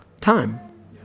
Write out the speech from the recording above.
Time